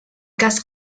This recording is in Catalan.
cas